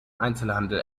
einzelhandel